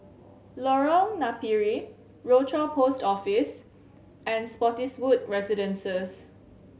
Lorong Napiri Rochor Post Office and Spottiswoode Residences